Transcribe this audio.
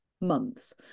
months